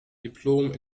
diplom